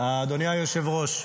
אדוני היושב-ראש,